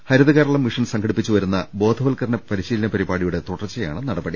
ഹരിത Keralam mission സംഘടിപ്പിച്ചുവരുന്ന ബോധവൽക്കരണ പരിശീലന പരിപാടിയുടെ തുടർച്ചയാണ് നടപടി